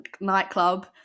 nightclub